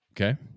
Okay